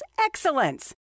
excellence